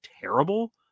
terrible